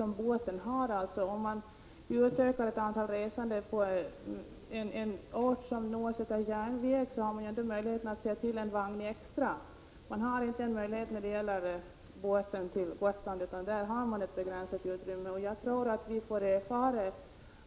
Om det gäller ett ökat antal resande som nås av järnväg, har man alltid möjligheten att sätta 59 in en vagn extra. Man har inte motsvarande möjlighet när det gäller båten till Gotland, utan där är utrymmet begränsat. Vi kommer nog att få erfara